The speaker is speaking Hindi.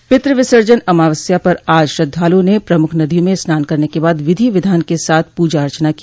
पितृ विसर्जन अमावस्या पर आज श्रद्धालुओं ने प्रमुख नदियों में स्नान करने के बाद विधि विधान के साथ पूजा अर्चना की